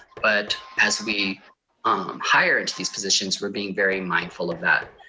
but as we hire into these positions, we're being very mindful of that.